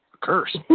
curse